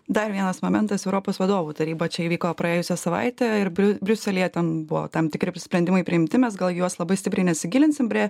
dar vienas momentas europos vadovų taryba čia įvyko praėjusią savaitę ir briu briuselyje ten buvo tam tikri sprendimai priimti mes gal juos labai stipriai nesigilinsim prie